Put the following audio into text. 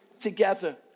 together